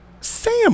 Sam